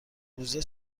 موزه